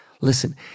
Listen